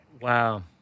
Wow